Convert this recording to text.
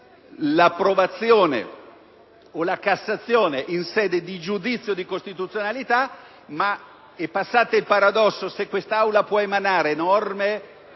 l'approvazione o la cassazione in sede di giudizio di costituzionalità. Ma - e passate il paradosso - se quest'Aula può emanare norme